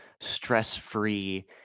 stress-free